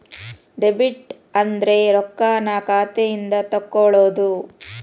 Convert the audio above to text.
debit ಅಂದ್ರ ರೊಕ್ಕಾನ್ನ ಖಾತೆಯಿಂದ ತೆಕ್ಕೊಳ್ಳೊದು